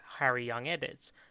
HarryYoungEdits